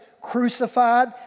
crucified